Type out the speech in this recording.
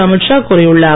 அமீத் ஷா கூறியுள்ளார்